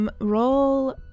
Roll